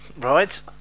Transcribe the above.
Right